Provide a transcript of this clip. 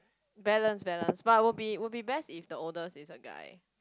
balance balance but will be will be best if the oldest is a guy